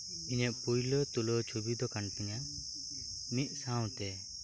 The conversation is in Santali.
ᱤᱧᱟᱹᱜ ᱯᱳᱭᱞᱳ ᱛᱩᱞᱟᱹᱣ ᱪᱷᱳᱵᱤ ᱫᱚ ᱠᱟᱱ ᱛᱤᱧᱟᱹ ᱢᱤᱫ ᱥᱟᱶᱛᱮ